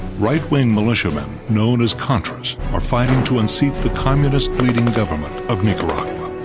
right-wing militiamen known as contras are fighting to unseat the communist leading government of nicaragua.